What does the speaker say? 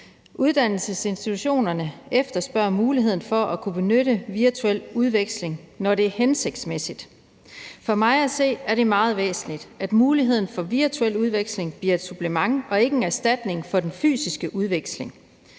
Uddannelsesinstitutionerne efterspørger muligheden for at kunne benytte virtuel udveksling, når det er hensigtsmæssigt. For mig at se er det meget væsentligt, at muligheden for virtuel udveksling bliver et supplement og ikke en erstatning for den fysiske udveksling.